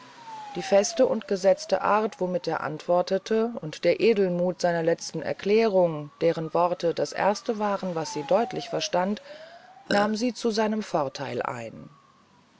die feste und gesetzte art womit er antwortete und der edelmuth seiner letzten erklärung deren worte das erste waren was sie deutlich verstand nahmen sie zu seinem vortheil ein